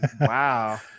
wow